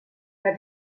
que